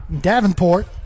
Davenport